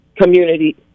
community